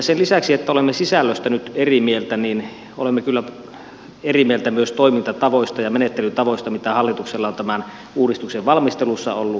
sen lisäksi että olemme sisällöstä nyt eri mieltä olemme kyllä eri mieltä myös toimintatavoista ja menettelytavoista mitä hallituksella on tämän uudistuksen valmistelussa ollut